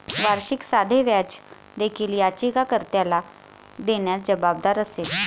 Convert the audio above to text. वार्षिक साधे व्याज देखील याचिका कर्त्याला देण्यास जबाबदार असेल